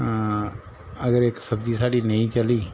अगर इक सब्जी स्हाड़ी नेईं चली